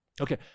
Okay